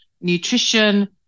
nutrition